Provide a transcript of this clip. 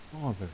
Father